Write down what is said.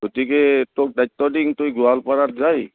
গতিকে তোক দায়িত্ব দিওঁ তই গোৱালপাৰাত যায়